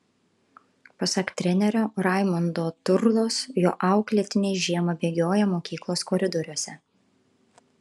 pasak trenerio raimondo turlos jo auklėtiniai žiemą bėgioja mokyklos koridoriuose